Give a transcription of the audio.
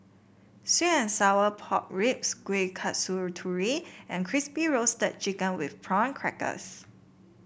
sweet and Sour Pork Ribs Kueh Kasturi and Crispy Roasted Chicken with Prawn Crackers